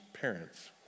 parents